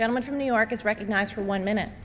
gentleman from new york is recognized for one minute